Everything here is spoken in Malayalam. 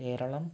കേരളം